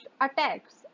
attacks